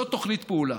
זו תוכנית פעולה.